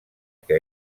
que